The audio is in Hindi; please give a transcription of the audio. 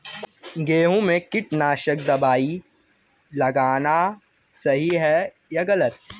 गेहूँ में कीटनाशक दबाई लगाना सही है या गलत?